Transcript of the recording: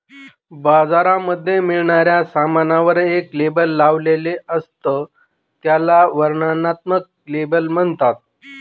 बाजारामध्ये मिळणाऱ्या सामानावर एक लेबल लावलेले असत, त्याला वर्णनात्मक लेबल म्हणतात